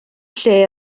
lle